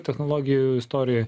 technologijų istorijoj